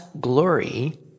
glory